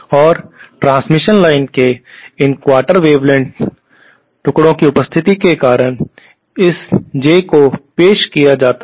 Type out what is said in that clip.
और transmission line के इन क्वार्टर वेवलेंथ टुकड़ों की उपस्थिति के कारण इस J को पेश किया जाता है